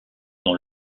dans